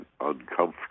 uncomfortable